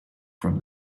from